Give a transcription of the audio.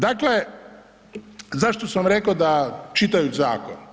Dakle, zašto sam reko da čitajuć zakon?